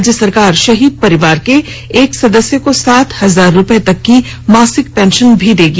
राज्य सरकार शहीद परिवार के एक सदस्य को सात हजार रुपए तक की मासिक पेंशन भी देगी